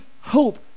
hope